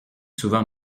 souvent